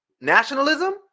nationalism